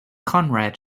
konrad